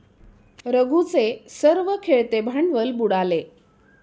रघूचे सर्व खेळते भांडवल बुडाले